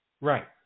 Right